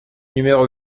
numéro